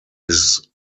his